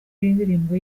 y’indirimbo